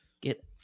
Get